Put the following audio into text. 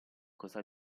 cosa